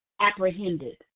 apprehended